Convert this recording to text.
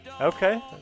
okay